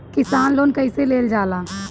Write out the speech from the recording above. किसान लोन कईसे लेल जाला?